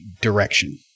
direction